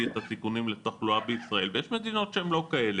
את הסיכונים לתחלואה בישראל ויש מדינות שהן לא כאלה.